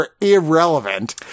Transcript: irrelevant